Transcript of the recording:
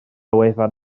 wefan